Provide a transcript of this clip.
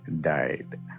died